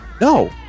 No